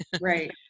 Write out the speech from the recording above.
Right